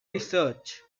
research